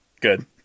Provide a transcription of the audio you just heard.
Good